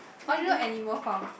I only know animal farm